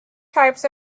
types